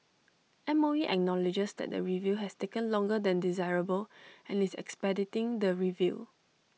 M O E acknowledges that the review has taken longer than desirable and is expediting the review